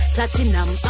Platinum